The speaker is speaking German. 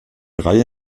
drei